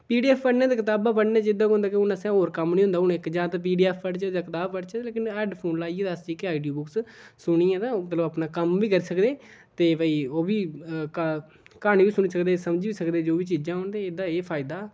पी D F पढ़ने ते कताबां पढ़ने च एह्दा होंदा कि हून असें होर कम्म नेईं होंदा हून इक जां ते पी डी एफ पढ़चै जां कताब पढ़चै लेकिन हैडफोन लाइयै अस जेह्की आडियो बुक्स सुनियै ते मतलब अपना कम्म बी करी सकदे ते भई ओह् बी का क्हानी बी सुनी सकदे समझी बी सकदी जो बी चीजां होन ते एह्दा एह् फायदा